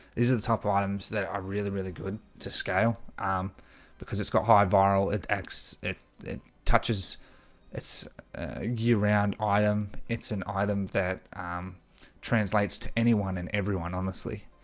these are the type of items that really really good to scale because it's got high viral attacks it it touches its year-round item. it's an item that translates to anyone and everyone honestly